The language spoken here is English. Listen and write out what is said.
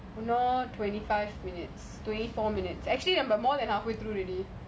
you know twenty five minutes twenty four minutes actually we are more than halfway through already